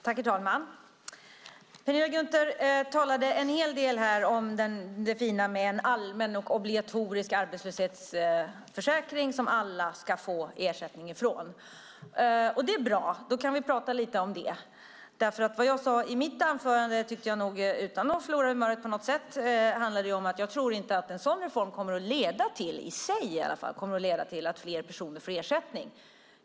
Herr talman! Penilla Gunther talade en hel del om det fina med en allmän och obligatorisk arbetslöshetsförsäkring som alla ska få ersättning ifrån. Det är bra. Då kan vi prata lite om det. Vad jag sade i mitt anförande - utan att förlora humöret på något sätt - handlade om att jag inte tror att en sådan reform i sig kommer att leda till att fler personer får ersättning.